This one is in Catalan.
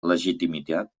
legitimitat